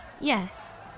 Yes